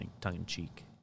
tongue-in-cheek